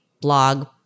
blog